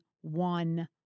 one